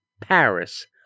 Paris